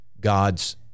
God's